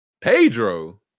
Pedro